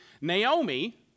Naomi